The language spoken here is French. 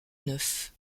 neuf